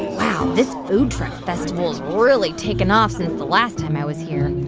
wow. this food truck festival has really taken off since the last time i was here.